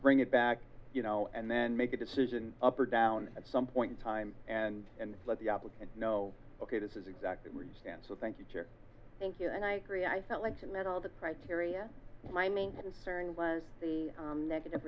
bring it back you know and then make a decision up or down at some point in time and and let the applicant know ok this is exactly where you stand so thank you thank you and i agree i felt like in that all the criteria my main concern was the negative